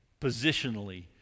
positionally